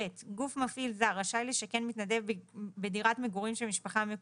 גוף מפעיל זר רשאי לשכן מתנדב בדירת מגורים של משפחה מקומית,